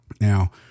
Now